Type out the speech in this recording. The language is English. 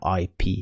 ip